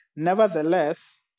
nevertheless